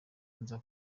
nza